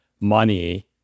money